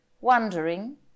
wondering